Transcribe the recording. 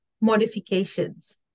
modifications